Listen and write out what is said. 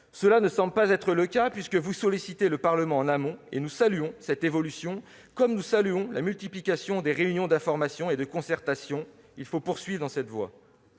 Tel ne semble pas être le cas, puisque vous sollicitez le Parlement en amont, et nous saluons cette évolution, comme nous saluons la multiplication des réunions d'information et de concertation. Il faut poursuivre dans cette voie.